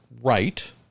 right